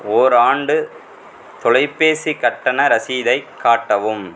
ஓர் ஆண்டு தொலைபேசி கட்டண ரசீதைக் காட்டவும்